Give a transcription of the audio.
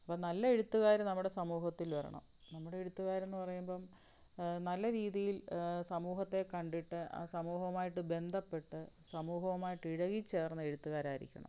അപ്പം നല്ല എഴുത്തുകാർ നമ്മുടെ സമൂഹത്തിൽ വരണം നമ്മുടെ എഴുത്തുകാരെന്ന് പറയുമ്പം നല്ല രീതിയിൽ സമൂഹത്തെ കണ്ടിട്ട് ആ സമൂഹവുമായിട്ട് ബന്ധപ്പെട്ട് സമൂഹവുമായിട്ട് ഇഴകിച്ചേർന്ന് എഴുത്തുകാരായിരിക്കണം